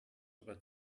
aber